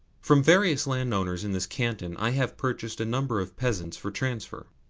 from various landowners in this canton i have purchased a number of peasants for transfer.